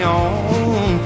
on